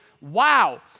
wow